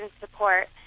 support